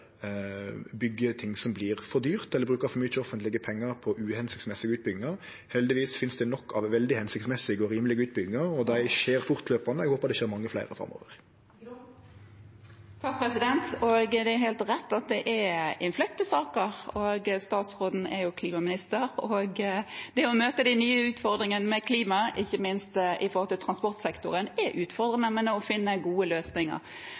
som vert for dyrt, eller bruker for mykje offentlege pengar på utbyggingar som ikkje er føremålstenlege. Heldigvis finst det nok av veldig føremålstenlege og rimelege utbyggingar, og dei skjer fortløpande. Eg håpar det kjem mange fleire framover. Det er helt rett at det er innfløkte saker. Statsråden er klimaminister. Det å møte de nye utfordringene med klimaet, ikke minst når det gjelder transportsektoren, er utfordrende, men man må finne gode